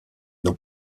dans